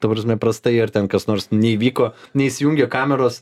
ta prasme prastai ar ten kas nors neįvyko neįsijungė kameros